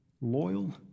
loyal